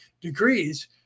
degrees